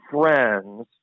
friends